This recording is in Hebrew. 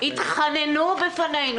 התחננו בפנינו.